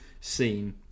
scene